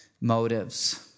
motives